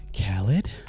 Khaled